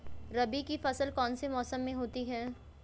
रबी की फसल कौन से मौसम में होती है?